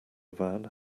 van